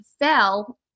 fell